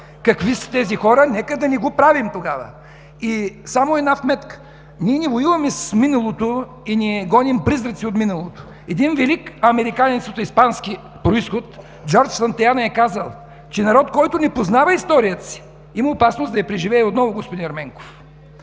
на КТБ, нека да не го правим тогава! Само една вметка – ние не воюваме с миналото и не гоним призраци от миналото. Един велик американец от испански произход – Джордж Лантеана, е казал, че народ, който не познава историята си, има опасност да я преживее отново, господин Ерменков.